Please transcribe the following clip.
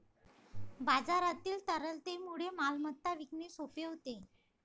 बाजारातील तरलतेमुळे मालमत्ता विकणे सोपे होते